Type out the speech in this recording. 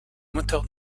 moteurs